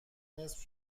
نصف